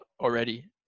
already